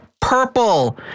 Purple